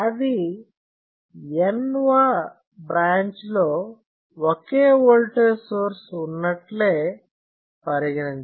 అది N వ బ్రాంచ్లో ఓకే ఓల్టేజ్ సోర్స్ ఉన్నట్లే పరిగణించవచ్చు